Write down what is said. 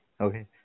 Okay